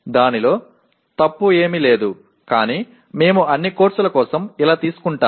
దానిలో తప్పు ఏమీ లేదు కానీ మేము అన్ని కోర్సుల కోసం ఇలా తీసుకుంటాము